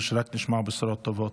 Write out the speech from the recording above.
ושרק נשמע בשורות טובות.